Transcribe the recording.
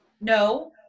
No